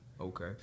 Okay